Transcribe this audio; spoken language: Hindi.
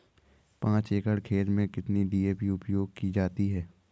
पाँच एकड़ खेत में कितनी डी.ए.पी उपयोग की जाती है?